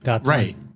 Right